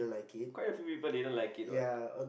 quite of people didn't like it what